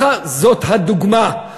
זאת הדוגמה.